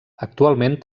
actualment